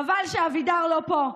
חבל שאבידר לא פה,